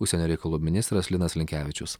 užsienio reikalų ministras linas linkevičius